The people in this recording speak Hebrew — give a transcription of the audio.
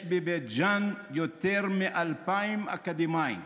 יש בבית ג'ן יותר מ-2,000 אקדמאים,